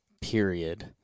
period